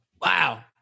Wow